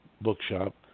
bookshop